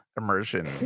immersion